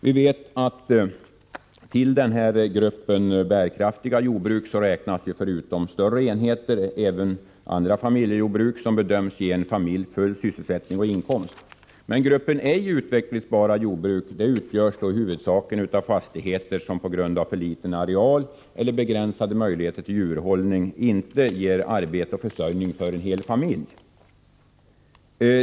Vi vet att till gruppen bärkraftiga jordbruk räknas förutom större enheter även andra familjejordbruk som bedöms ge en familj full sysselsättning och full inkomst. Gruppen ej utvecklingsbara jordbruk utgörs huvudsakligen av fastigheter som på grund av för liten areal eller begränsade möjligheter till djurhållning inte ger arbete och försörjning åt en hel familj.